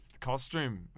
costume